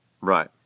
Right